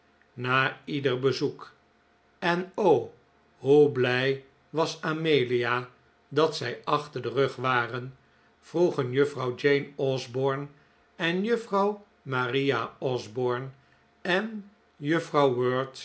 na ieder bezoek en o hoe blij was amelia als zij achter den rug waren vroegen juffrouw jane osborne en juffrouw maria osborne en juffrouw